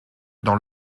dans